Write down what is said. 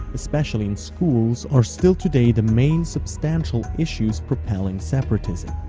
especially in schools, are still today the main substantial issues propelling separatism.